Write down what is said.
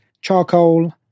charcoal